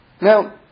Now